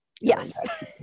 Yes